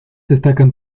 destacan